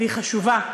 והיא חשובה,